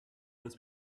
was